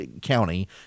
county